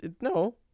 No